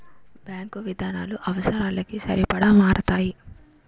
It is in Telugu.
బ్యాంకు విధానాలు అవసరాలకి సరిపడా మారతాయి